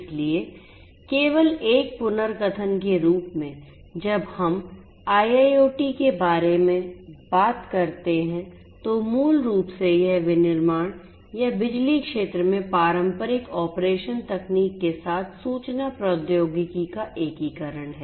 इसलिए केवल एक पुनर्कथन के रूप में जब हम IIoT के बारे में बात करते हैं तो मूल रूप से यह विनिर्माण या बिजली क्षेत्र में पारंपरिक ऑपरेशन तकनीक के साथ सूचना प्रौद्योगिकी का एकीकरण है